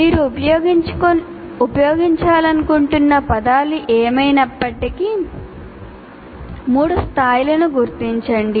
మీరు ఉపయోగించాలనుకుంటున్న పదాలు ఏమైనప్పటికీ మూడు స్థాయిలను గుర్తించండి